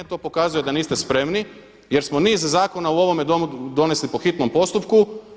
To pokazuje da niste spremni, jer smo niz zakona u ovome Domu donesli po hitnom postupku.